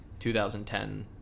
2010